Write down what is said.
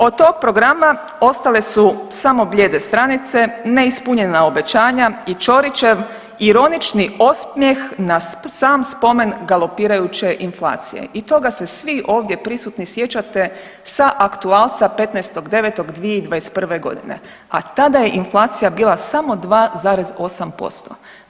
Od tog programa ostale su samo blijede stranice, neispunjena obećanja i Ćorićev ironični osmjeh na sam spomen galopirajuće inflacije i toga se svi ovdje prisutni sjećate sa aktualca 15.9.2021. g., a tada je inflacija bila samo 2,8%